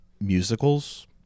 musicals